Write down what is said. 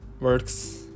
works